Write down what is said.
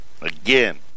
Again